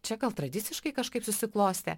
čia gal tradiciškai kažkaip susiklostė